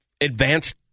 advanced